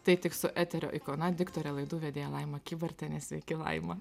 tai tik su eterio ikona diktore laidų vedėja laima kybartiene sveiki laima